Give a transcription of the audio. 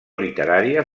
literària